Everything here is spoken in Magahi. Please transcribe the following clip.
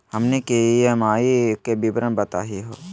हमनी के ई.एम.आई के विवरण बताही हो?